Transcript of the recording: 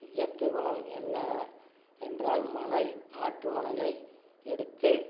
இயற்கை வளம் என்ன என்றால் மணல் ஆற்றுமணலை எடுத்து